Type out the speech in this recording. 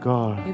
God